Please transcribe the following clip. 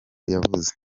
yavuze